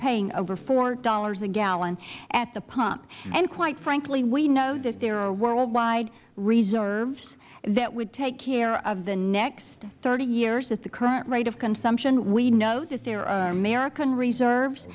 paying over four dollars a gallon at the pump we know that there are worldwide reserves that would take care of the next thirty years at the current rate of consumption we know that there are american reserves